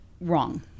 wrong